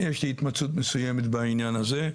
יש לי התמצאות מסוימת בעניין הזה.